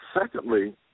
Secondly